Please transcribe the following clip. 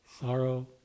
sorrow